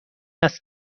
است